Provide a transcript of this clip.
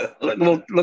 Look